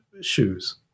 shoes